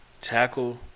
Tackle